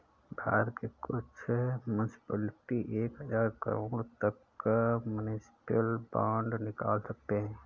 भारत के कुछ मुन्सिपलिटी एक हज़ार करोड़ तक का म्युनिसिपल बांड निकाल सकते हैं